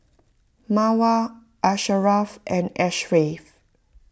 Mawar Asharaff and Ashraff